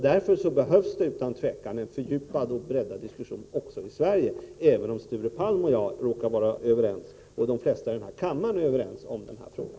Därför behövs utan tvivel en fördjupad och breddad diskussion också i Sverige, även om Sture Palm och jag och de flesta i denna kammare är överens i den här frågan.